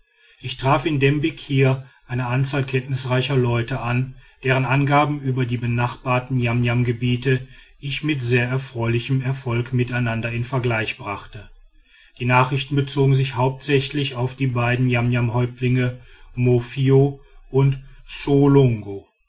ich traf in dem bekir eine anzahl kenntnisreicher leute an deren angaben über die benachbarten niamniamgebiete ich mit sehr erfreulichem erfolg miteinander in vergleich brachte die nachrichten bezogen sich hauptsächlich auf die beiden niamniamhäuptlinge mofio und